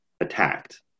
attacked